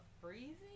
freezing